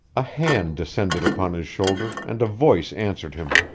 a hand descended upon his shoulder, and a voice answered him.